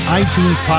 iTunes